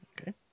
Okay